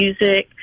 music